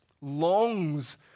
longs